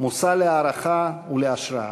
מושא להערכה ולהשראה.